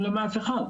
לא מאף אחד.